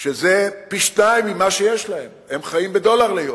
שזה פי-שניים ממה שיש להן, שם חיים מדולר ליום,